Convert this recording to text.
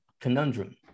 conundrum